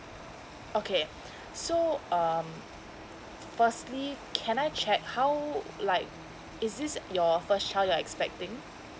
okay so um firstly can I check how like is this your first child you're expecting